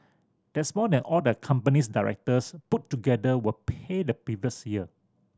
that's more than all the company's directors put together were paid the previous year